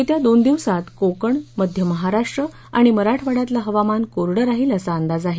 येत्या दोन दिवसात कोकण मध्य महाराष्ट्र आणि मराठवाड्यातलं हवामान कोरडं राहिल असा अंदाज आहे